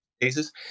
cases